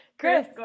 Chris